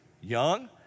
young